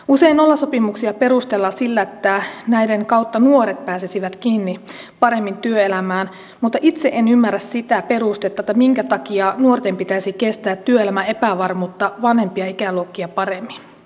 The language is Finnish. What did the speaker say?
usein nollasopimuksia perustellaan sillä että näiden kautta nuoret pääsisivät paremmin kiinni työelämään mutta itse en ymmärrä sitä perustetta minkä takia nuorten pitäisi kestää työelämän epävarmuutta vanhempia ikäluokkia paremmin